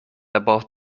about